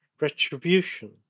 retribution